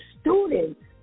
students